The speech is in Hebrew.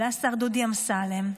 עולה השר דודי אמסלם,